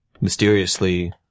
mysteriously